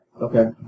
Okay